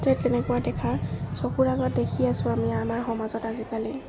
কেনেকুৱা দেখা চকুৰ আগত দেখি আছোঁ আমি আমাৰ সমাজত আজিকালি